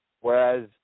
Whereas